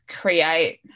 create